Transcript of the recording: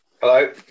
Hello